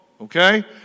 okay